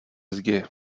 zdi